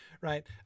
right